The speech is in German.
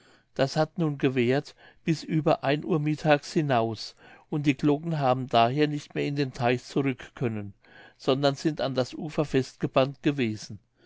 das hat nun gewährt bis über ein uhr mittags hinaus und die glocken haben daher nicht mehr in den teich zurückkönnen sondern sind an das ufer festgebannt gewesen